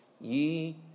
ye